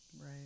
right